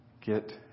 Get